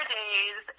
days